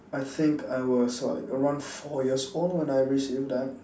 I think I was what around four years old when I race with that